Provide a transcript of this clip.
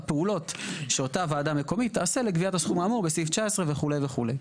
הפעולות שאותה ועדה מקומית תעשה לגביית הסכום האמור בסעיף 19 וכו' וכו'.